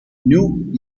new